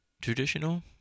traditional